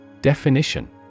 DEFINITION